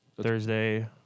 Thursday